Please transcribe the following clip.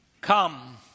Come